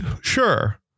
Sure